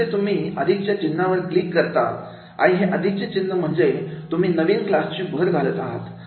जशी तुम्ही अधिक चे चिन्ह वरती क्लिक करता हे अधिक चे चिन्ह म्हणजे तुम्ही नवीन क्लास ची भर घालत आहात